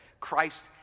Christ